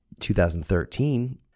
2013